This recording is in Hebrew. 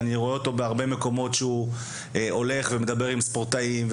ואני רואה אותו בהרבה מקומות שהוא הולך ומדבר עם ספורטאים,